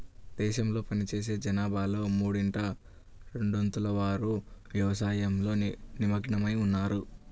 దేశంలో పనిచేసే జనాభాలో మూడింట రెండొంతుల వారు వ్యవసాయంలో నిమగ్నమై ఉన్నారు